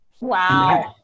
Wow